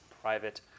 private